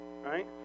right